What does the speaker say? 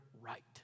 right